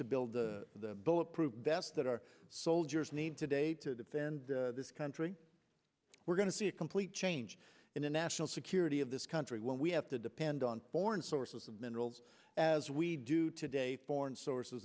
to build the bulletproof vests that our soldiers need today to defend this country we're going to see a complete change in the national security of this country when we have to depend on foreign sources of minerals as we do today foreign sources